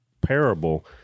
parable